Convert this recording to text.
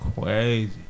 crazy